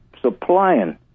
supplying